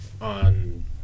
on